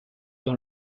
dans